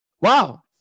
Wow